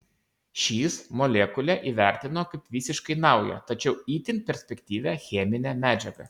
šis molekulę įvertino kaip visiškai naują tačiau itin perspektyvią cheminę medžiagą